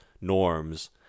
norms